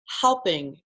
helping